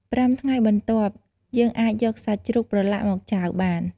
៥ថ្ងៃបន្ទាប់ យើងអាចយកសាច់ជ្រូកប្រឡាក់មកចាវបាន។